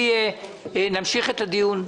נמשיך את הדיון.